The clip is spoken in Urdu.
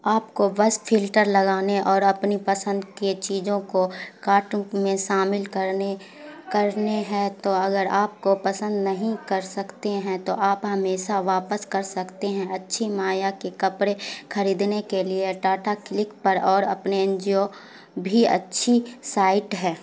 آپ کو بس فلٹر لگانے اور اپنی پسند کے چیزوں کو کارٹ میں شامل کرنے کرنی ہے تو اگر آپ کو پسند نہیں کر سکتے ہیں تو آپ ہمیشہ واپس کر سکتے ہیں اچھی معیا کے کپڑے کھریدنے کے لیے ٹاٹا کلک پر اور اپنے این جی او بھی اچھی سائٹ ہے